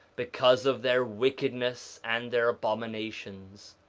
because of their wickedness and their abominations.